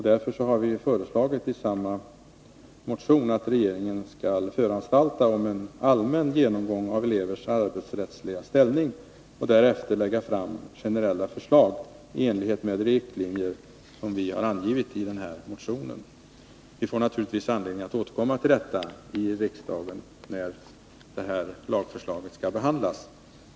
Därför har vi i samma motion föreslagit att regeringen skall föranstalta om en allmän genomgång av elevers arbetsrättsliga ställning och därefter lägga fram generella förslag i enlighet med de riktlinjer som vi angivit i den här motionen. Vi får naturligtvis anledning att återkomma till detta i riksdagen, när detta lagförslag skall behandlas.